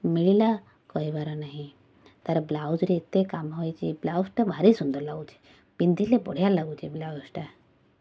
ମିଳିଲା କହିବାର ନାହିଁ ତା'ର ବ୍ଳାଉଜରେ ଏତେ କାମ ହେଇଛି ବ୍ଳାଉଜଟା ଭାରି ସୁନ୍ଦର ଲାଗୁଛି ପିନ୍ଧିଲେ ବଢ଼ିଆ ଲାଗୁଛି ବ୍ଳାଉଜଟା